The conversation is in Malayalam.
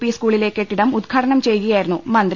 പി സ്കൂളിലെ കെട്ടിടം ഉദ്ഘാടനം ചെയ്യുക യായിരുന്നു മന്ത്രി